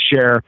share